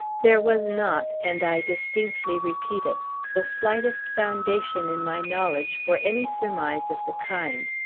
there was not and i distinctly repeat it the slightest foundation in my knowledge for any surmise of the kind.